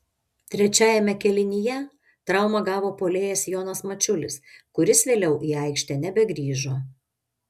trečiajame kėlinyje traumą gavo puolėjas jonas mačiulis kuris vėliau į aikštę nebegrįžo